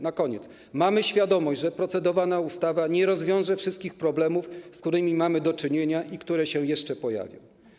Na koniec, mamy świadomość, że procedowana ustawa nie rozwiąże wszystkich problemów, z którymi mamy do czynienia i które się jeszcze pojawią.